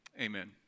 Amen